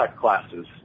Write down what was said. classes